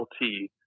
LT